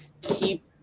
keep